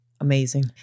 Amazing